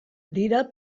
dira